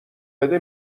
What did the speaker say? بده